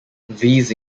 these